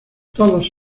todos